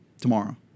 tomorrow